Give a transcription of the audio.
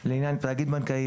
לעניין תאגיד בנקאי,